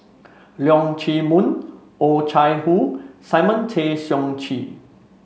Leong Chee Mun Oh Chai Hoo Simon Tay Seong Chee